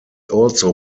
also